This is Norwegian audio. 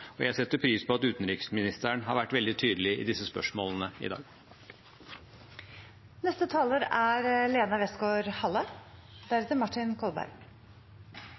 og jeg setter pris på at utenriksministeren har vært veldig tydelig i disse spørsmålene i dag. EU er